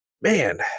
man